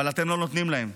אבל אתם לא נותנים להם.